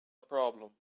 problem